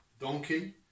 Donkey